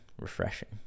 refreshing